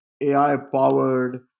AI-powered